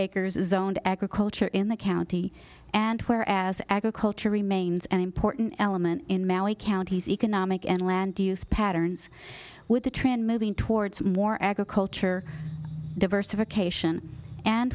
acres is zoned agriculture in the county and where as agriculture remains an important element in mallee county's economic and land use patterns with the trend moving towards more agriculture diversification and